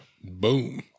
Boom